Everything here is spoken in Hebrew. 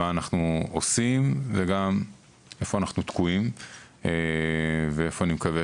מה אנחנו עושים וגם איפה אנחנו תקועים ואיפה אני מקווה